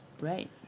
Right